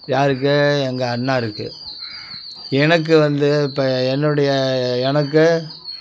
யாருக்கு எங்கள் அண்ணாருக்கு எனக்கு வந்து இப்போ என்னுடைய எனக்கு